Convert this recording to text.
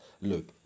Look